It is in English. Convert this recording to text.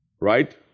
right